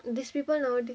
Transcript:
these people nowadays